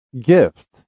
Gift